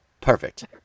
perfect